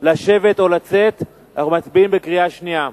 לשבת או לצאת, אנחנו מצביעים בקריאה שנייה.